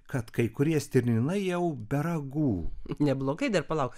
kad kai kurie stirninai jau be ragų neblogai dar palauk